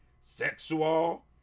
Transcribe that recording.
sexual